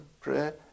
prayer